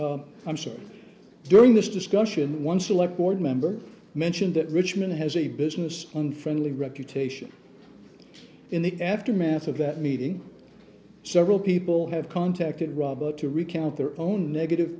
be i'm sure during this discussion one select board member mentioned that richmond has a business unfriendly reputation in the aftermath of that meeting several people have contacted robert to recount their own negative